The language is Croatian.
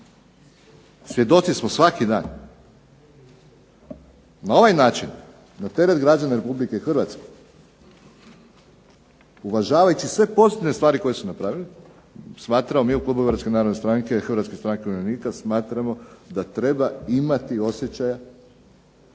svjedoci smo svaki dan, na ovaj način, na teret građana Republike Hrvatske, uvažavajući sve pozitivne stvari koje su napravljene, smatramo mi u klubu Hrvatske narodne stranke i Hrvatske stranke umirovljenika smatramo da treba imati osjećaja